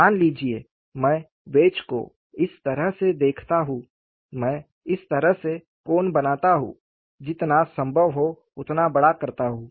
मान लीजिए मैं वेज को इस तरह से देखता हूं मैं इस तरह से कोण बनाता हूं जितना संभव हो उतना बड़ा करता हूं